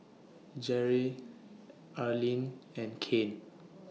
Jere Arleen and Kane